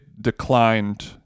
declined